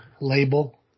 label